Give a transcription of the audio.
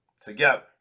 together